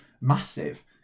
massive